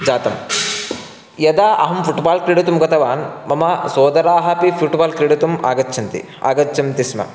जातं यदा अहं फ़ुट्बाल् क्रीडितुं गतवान् मम सोदराः अपि फ़ुट्बाल् क्रीडितुम् आगच्छन्ति आगच्छन्ति स्म